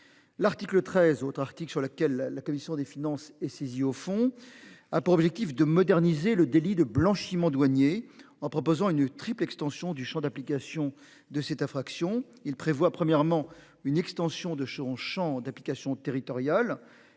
L'article 13 autres articles sur laquelle la commission des finances est saisie au fond a pour objectif de moderniser le délit de blanchiment douaniers en proposant une triple extension du Champ d'application de cette infraction, il prévoit, premièrement une extension de Chevron d'application territoriale